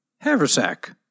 Haversack